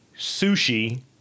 Sushi